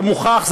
ומוכח,